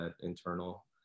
internal